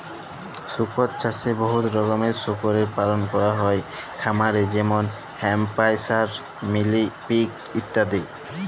শুকর চাষে বহুত রকমের শুকরের পালল ক্যরা হ্যয় খামারে যেমল হ্যাম্পশায়ার, মিলি পিগ ইত্যাদি